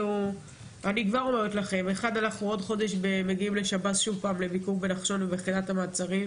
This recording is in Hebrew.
אנחנו עוד חודש מגיעים לשב"ס שוב פעם לביקור בנחשון וביחידת המעצרים.